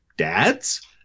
Dads